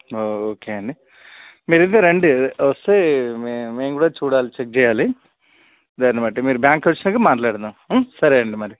okay అండి మీరైతే రండి వస్తే మేం మేం కూడా చూడాలి చెక్ చేయాలి దాన్ని బట్టి మీరు బ్యాంకొచ్చినాక మాట్లాడదాం సరే అండి మరి